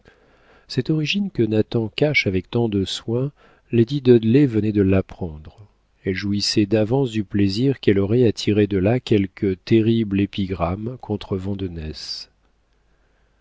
cette origine que nathan cache avec tant de soin lady dudley venait de l'apprendre elle jouissait d'avance du plaisir qu'elle aurait à tirer de là quelque terrible épigramme contre vandenesse et